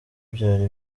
byari